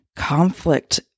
conflict